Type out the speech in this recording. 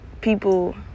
people